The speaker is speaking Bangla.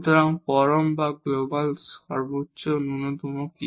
সুতরাং চরম বা গ্লোবাল মাক্সিমাম মিনিমাম কি